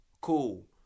cool